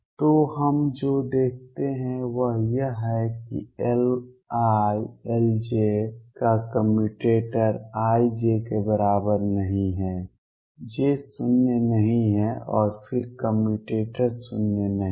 तो हम जो देखते हैं वह यह है कि Li Lj का कम्यूटेटर i j के बराबर नहीं है j शून्य नहीं है और फिर कम्यूटेटर शून्य नहीं है